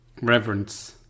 Reverence